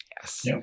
Yes